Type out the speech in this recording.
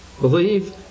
Believe